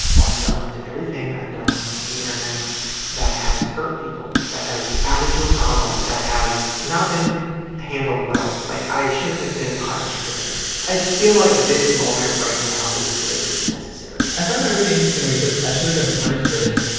wanting to own up to everything i've done on the internet that has hurt people, that has added to a problem, that has not been handled well, like, i should have been punished for things. i feel like this moment right now is very necessary. i find that really interesting where he says, i should have been punished for this.